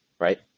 Right